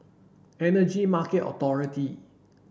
Energy Market Authority